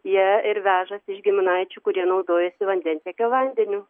ja ir vežasi iš giminaičių kurie naudojasi vandentiekio vandeniu